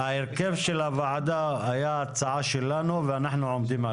ההרכב של הוועדה היה הצעה שלנו ואנחנו עומדים עליה.